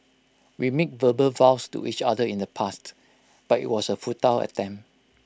we made verbal vows to each other in the past but IT was A futile attempt